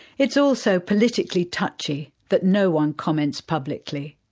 it's all so politically touchy that no one comments publicly.